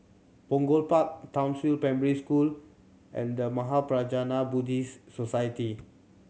Punggol Park Townsville Primary School and The Mahaprajna Buddhist Society